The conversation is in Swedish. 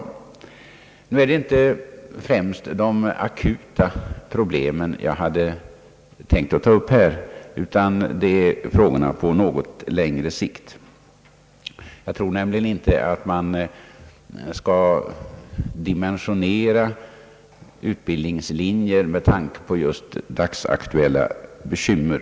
Emellertid hade jag inte tänkt att främst ta upp de akuta problemen utan frågor som uppkommer på något längre sikt. Jag tror nämligen inte att man bör dimensionera utbildningslinjer med tanke på dagsaktuella bekymmer.